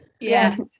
Yes